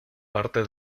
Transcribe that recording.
parte